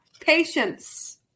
Patience